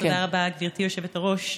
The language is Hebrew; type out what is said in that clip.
תודה רבה, גברתי היושבת-ראש.